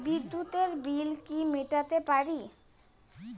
বিদ্যুতের বিল কি মেটাতে পারি?